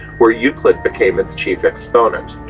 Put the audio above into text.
where euclid became it's chief exponent.